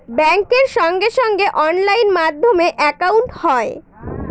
ব্যাঙ্কের সঙ্গে সঙ্গে অনলাইন মাধ্যমে একাউন্ট হয়